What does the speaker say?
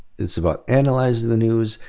it's about analyzing the news.